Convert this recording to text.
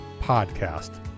podcast